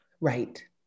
Right